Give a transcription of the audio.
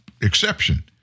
exception